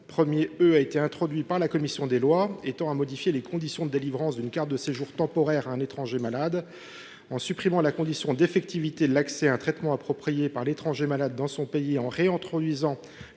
qui a été introduit par la commission des lois, tend à modifier les conditions de délivrance d’une carte de séjour temporaire à un étranger malade, en supprimant la condition d’effectivité de l’accès de l’étranger malade à un traitement approprié dans son pays. En réintroduisant